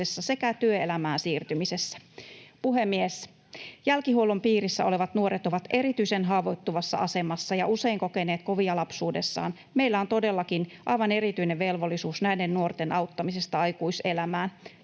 sekä työelämään siirtymisessä. Puhemies! Jälkihuollon piirissä olevat nuoret ovat erityisen haavoittuvassa asemassa ja usein kokeneet kovia lapsuudessaan. Meillä on todellakin aivan erityinen velvollisuus näiden nuorten auttamiseksi aikuiselämään.